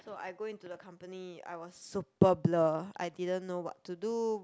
so I go into the company I was super blur I didn't know what to do